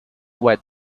were